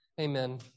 Amen